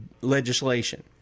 legislation